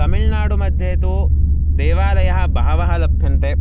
तमिळ्नाडु मध्ये तु देवालयाः बहवः लभ्यन्ते